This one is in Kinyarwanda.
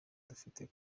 dufite